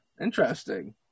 Interesting